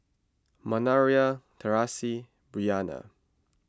Manervia Traci Bryanna